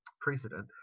precedent